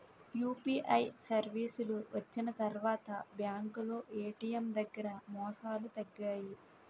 UPI సర్వీసులు వచ్చిన తర్వాత బ్యాంకులో ఏటీఎం దగ్గర మోసాలు తగ్గాయి